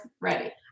ready